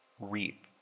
reap